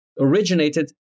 originated